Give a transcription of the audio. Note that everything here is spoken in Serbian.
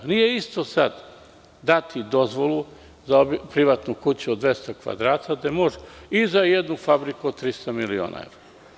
Nije isto dati dozvolu za privatnu kuću od 200 kvadrata, gde može i za jednu fabriku od 300 miliona evra.